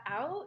out